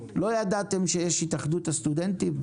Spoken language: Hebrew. לא ידעתם שיש התאחדות הסטודנטים?